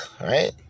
right